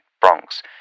Bronx